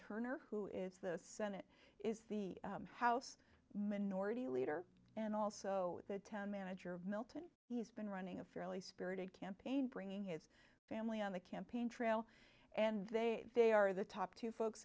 turner who is the senate is the house minority leader and also the town manager of milton he's been running a fairly spirited campaign bringing his family on the campaign trail and they they are the top two folks